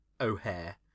o'hare